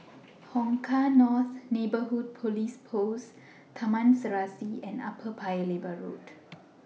Hong Kah North Neighbourhood Police Post Taman Serasi and Upper Paya Lebar Road